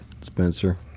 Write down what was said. Spencer